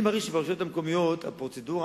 אני מרגיש שברשויות המקומיות הפרוצדורה,